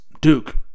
Duke